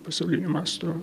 pasaulinio masto